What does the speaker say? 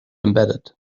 embedded